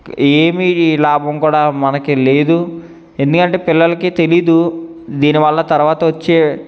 ఏమీ లాభం కూడా మనకి లేదు ఎందుకంటే పిల్లలకి తెలియదు దీనివల్ల తర్వాత వచ్చే